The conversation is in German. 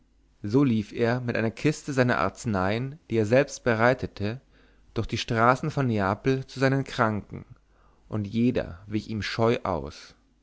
so lief er mit einer kiste seiner arzneien die er selbst bereitete durch die straßen von neapel zu seinen kranken und jeder wich ihm scheu aus